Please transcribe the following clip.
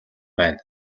байна